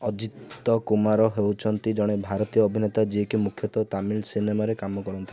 ଅଜିତ କୁମାର ହେଉଛନ୍ତି ଜଣେ ଭାରତୀୟ ଅଭିନେତା ଯିଏକି ମୁଖ୍ୟତଃ ତାମିଲ ସିନେମାରେ କାମ କରନ୍ତି